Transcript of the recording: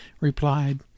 replied